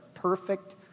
perfect